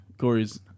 Corey's